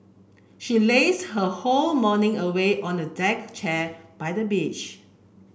she laze her whole morning away on a deck chair by the beach